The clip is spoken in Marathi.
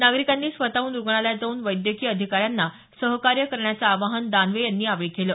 नागरिकांनी स्वतहून रुग्णालयात जाऊन वैद्यकीय अधिकाऱ्यांना सहकार्य करण्याचं आवाहन दानवे यांनी यावेळी केलं